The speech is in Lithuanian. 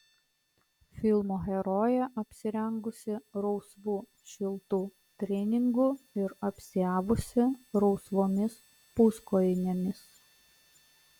filmo herojė apsirengusi rausvu šiltu treningu ir apsiavusi rausvomis puskojinėmis